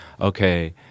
okay